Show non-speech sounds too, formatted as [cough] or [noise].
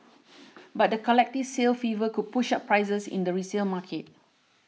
[noise] but the collective sale fever could push up prices in the resale market